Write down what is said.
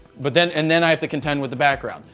but then and then i have to contend with the background.